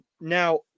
Now